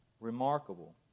Remarkable